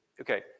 okay